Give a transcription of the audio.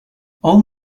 all